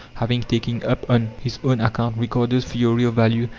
having taken up on his own account ricardo's theory of value,